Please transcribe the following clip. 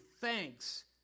thanks